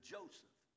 Joseph